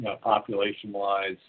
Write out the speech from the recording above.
population-wise